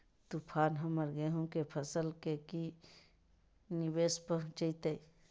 तूफान हमर गेंहू के फसल के की निवेस पहुचैताय?